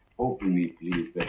open, please,